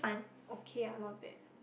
okay ah not bad